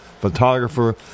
photographer